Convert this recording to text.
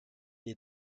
est